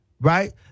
right